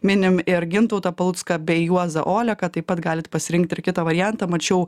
minim ir gintautą palucką bei juozą oleką taip pat galit pasirinkt ir kitą variantą mačiau